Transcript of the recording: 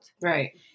right